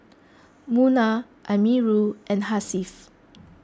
Munah Amirul and Hasif